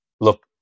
look